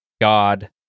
God